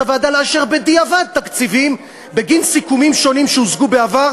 הוועדה לאשר בדיעבד תקציבים בגין סיכומים שונים שהושגו בעבר,